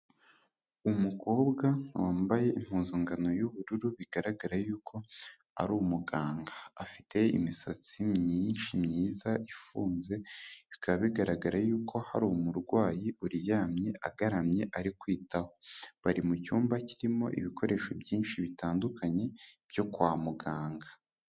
Umukobwa wambaye impuzankano y'ubururu, bigaragara yuko ari umuganga, afite imisatsi myinshi myiza ifunze, bikaba bigaragara yuko hari umurwayi uryamye agaramye ari kwitaho, bari mu cyumba kirimo ibikoresho byinshi bitandukanye byo kwa muganga.